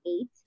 eight